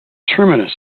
terminus